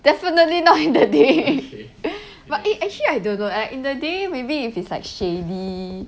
definitely not in the day but eh actually I don't know err in the day maybe if it's like shady